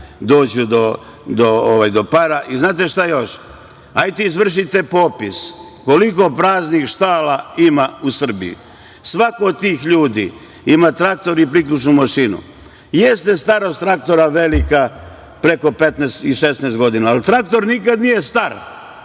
dođu do para. Znate šta još? Hajde izvršite popis - koliko praznih štala ima u Srbiji? Svako od tih ljudi ima traktor i priključnu mašinu. Jeste starost traktora velika, preko 15 i 16 godina, ali traktor nikada nije star.